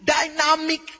dynamic